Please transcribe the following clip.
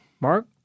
Mark